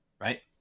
Right